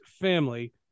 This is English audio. family